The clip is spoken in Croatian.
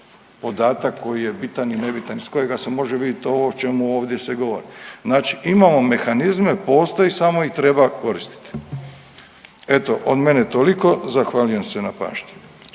podatak koji je bitan i nebitan iz kojega se može vidjet ovo o čemu ovdje se govori. Znači imamo mehanizme, postoji samo ih treba koristiti. Eto, od mene toliko, zahvaljujem se na pažnji.